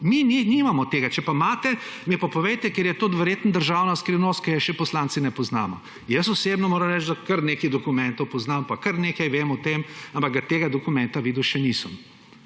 Mi nimamo tega. Če pa imate, mi pa povejte, ker je to verjetno državna skrivnost, ki je še poslanci ne poznamo. Jaz osebno moram reči, da kar nekaj dokumentov poznam pa kar nekaj vem o tem, ampak tega dokumenta videl še nisem.